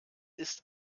ist